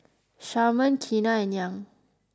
Sharman Keanna and Young